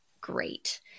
great